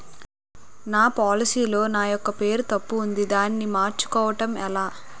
నా పోలసీ లో నా యెక్క పేరు తప్పు ఉంది దానిని మార్చు కోవటం ఎలా?